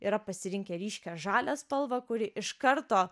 yra pasirinkę ryškią žalią spalvą kuri iš karto